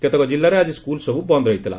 କେତେକ ଜିଲ୍ଲାରେ ଆଜି ସ୍କୁଲ୍ସବୁ ବନ୍ ରହିଥିଲା